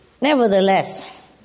Nevertheless